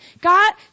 God